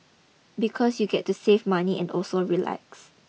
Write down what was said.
because you get to save money and also relax